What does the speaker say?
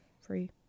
free